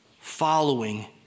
following